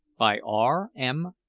by r m.